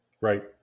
right